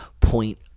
Point